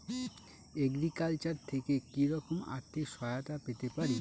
Agriculture থেকে কি রকম আর্থিক সহায়তা পেতে পারি?